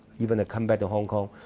even to come back to hong kong,